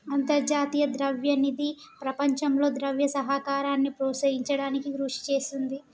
అంతర్జాతీయ ద్రవ్య నిధి ప్రపంచంలో ద్రవ్య సహకారాన్ని ప్రోత్సహించడానికి కృషి చేస్తుంది